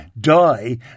die